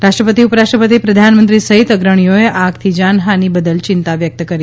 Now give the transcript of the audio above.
રાષ્ટ્રપતિ ઉપરાષ્ટ્રપતિ પ્રધાનમંત્રી સહિત અગ્રણીઓએ આ આગથી જાનહાનિ બદલ ચિંતા વ્યક્ત કરી છે